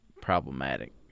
problematic